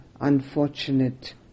unfortunate